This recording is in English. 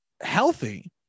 healthy